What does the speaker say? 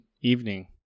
evening